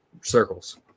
circles